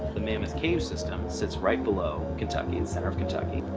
the mammoth cave system sits right below kentucky and center of kentucky.